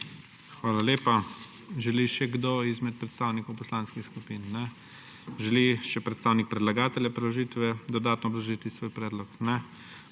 Hvala lepa. Želi še kdo izmed predstavnikov poslanskih skupin? Ne. Želi še predstavnik predlagatelja preložitve dodatno obrazložiti svoj predlog?